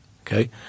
okay